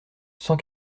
cent